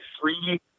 three